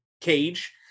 cage